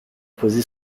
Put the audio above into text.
posé